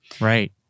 Right